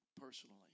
personally